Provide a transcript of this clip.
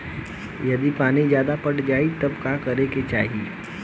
यदि पानी ज्यादा पट जायी तब का करे के चाही?